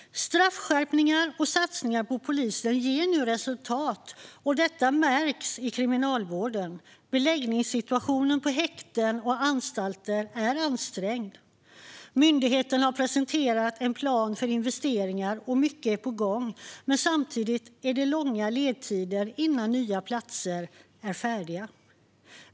Straffskärpningar och satsningar på polisen ger nu resultat, och detta märks i kriminalvården. Beläggningssituationen på häkten och anstalter är ansträngd. Myndigheten har presenterat en plan för investeringar, och mycket är på gång. Samtidigt är det långa ledtider innan nya platser är färdiga.